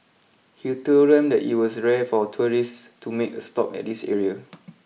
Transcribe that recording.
he told them that it was rare for tourists to make a stop at this area